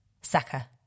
Saka